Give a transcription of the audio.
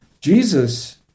Jesus